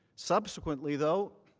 subsequently, though,